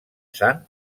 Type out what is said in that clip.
sant